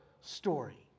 story